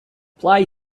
play